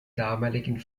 damaligen